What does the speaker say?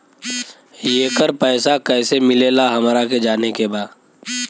येकर पैसा कैसे मिलेला हमरा के जाने के बा?